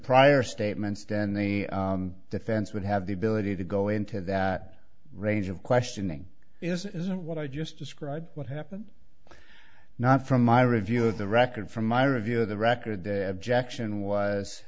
prior statements then the defense would have the ability to go into that range of questioning isn't what i just described what happened not from my review of the record from my review of the record the objection was